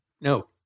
No